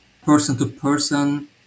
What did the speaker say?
person-to-person